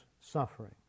suffering